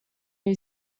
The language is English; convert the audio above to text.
new